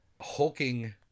hulking